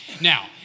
Now